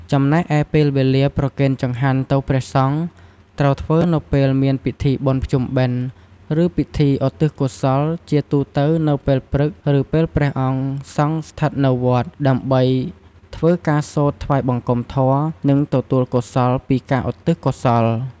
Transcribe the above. ចំណែកឯពេលវេលាប្រគេនចង្ហាន់ទៅព្រះសង្ឃត្រូវធ្វើនៅពេលមានពិធីបុណ្យភ្ជុំបិណ្ឌ ឬពិធីឧទ្ទិសកុសល ជាទូទៅនៅព្រឹកឬពេលព្រះអង្គសង្ឃស្ថិតនៅវត្ត ដើម្បីធ្វើការសូត្រថ្វាយបង្គំធម៌ និងទទួលកុសលពីការឧទិសកោសល។